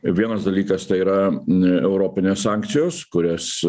vienas dalykas tai yra europinės sankcijos kurias